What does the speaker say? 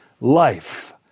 life